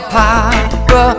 papa